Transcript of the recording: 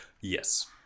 Yes